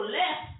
left